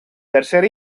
tercer